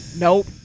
Nope